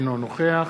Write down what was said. אינו נוכח